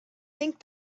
think